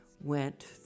went